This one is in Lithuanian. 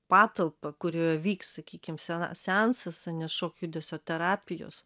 patalpą kurioje vyks sakykim sena seansas ar ne šokio judesio terapijos